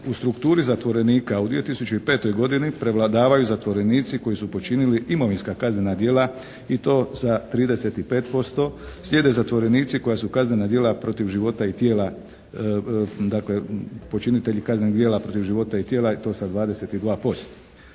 u strukturi zatvorenika u 2005. godini prevladavaju zatvorenici koji su počinili imovinska kaznena djela i to sa 35%. Slijede zatvorenici koja su kaznena djela protiv života i tijela dakle počinitelji kaznenih djela protiv života i tijela i to sa 22%.